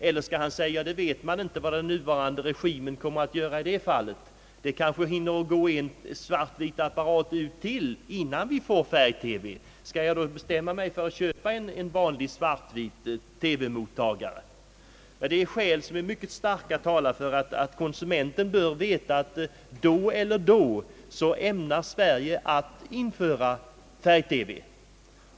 Eller skall han säga att man inte vet vad den nuvarande regimen kommer att göra. Han kanske hinner förbruka ännu en apparat för svart-vit TV, innan vi får färg-TV. Skall han då bestämma sig för att köpa en vanlig svart-vit TV-mottagare? Mycket starka skäl talar för att konsumenten bör veta när Sverige ämnar införa färg-TV.